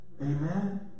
amen